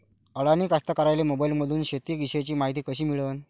अडानी कास्तकाराइले मोबाईलमंदून शेती इषयीची मायती कशी मिळन?